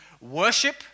worship